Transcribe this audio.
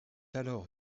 alors